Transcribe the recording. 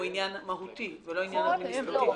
עניין מהותי ולא עניין אדמיניסטרטיבי.